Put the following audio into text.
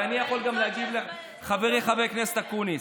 אבל אני יכול גם להגיב לחברי חבר הכנסת אקוניס.